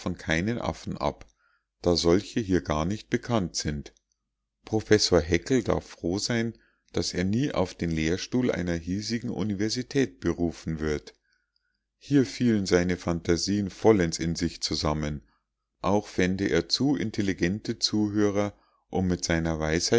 keinen affen ab da solche hier gar nicht bekannt sind professor häckel darf froh sein daß er nie auf den lehrstuhl einer hiesigen universität berufen wird hier fielen seine phantasien vollends in sich zusammen auch fände er zu intelligente zuhörer um mit seiner weisheit